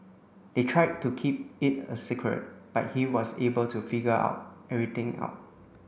they tried to keep it a secret but he was able to figure out everything out